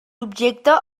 objecte